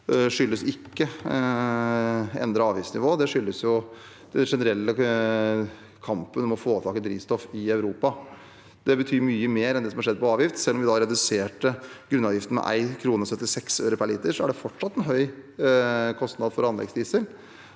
skyldes ikke endret avgiftsnivå, det skyldes den generelle kampen om å få tak i drivstoff i Europa. Det betyr mye mer enn det som har skjedd med avgiftene. Selv om vi reduserte grunnavgiften med 1,76 kr per liter, er det fortsatt en høy kostnad for anleggsdiesel,